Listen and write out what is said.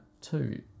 two